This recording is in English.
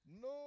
No